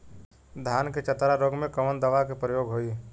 धान के चतरा रोग में कवन दवा के प्रयोग होई?